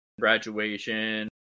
graduation